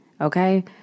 okay